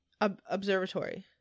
Observatory